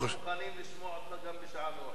אנחנו מוכנים לשמוע אותך אפילו עד,